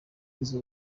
inzu